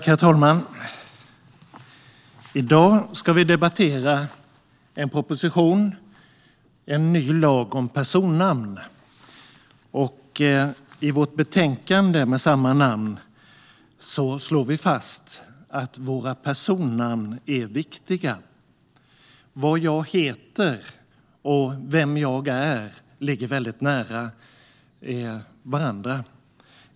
Herr talman! I dag ska vi debattera propositionen En ny lag om personnamn . I vårt betänkande med samma namn slår vi fast att våra personnamn är viktiga. Vad jag heter och vem jag är ligger väldigt nära varandra.